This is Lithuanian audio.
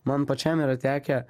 man pačiam yra tekę